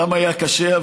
היה קשה,